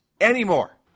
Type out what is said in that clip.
anymore